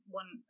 one